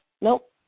Nope